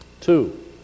Two